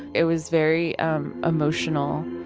it was very um emotional,